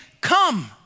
come